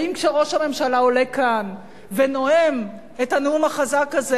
האם כשראש הממשלה עולה כאן ונואם את הנאום החזק הזה,